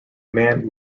man